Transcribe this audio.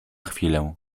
chwilę